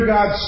God